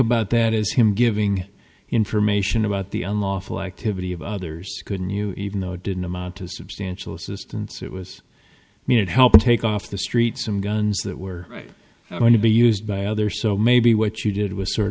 about that is him giving information about the unlawful activity of others couldn't you even though it didn't amount to substantial assistance it was me it helped take off the street some guns that were right going to be used by others so maybe what you did was sort